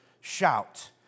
shout